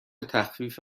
تخفیف